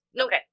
Okay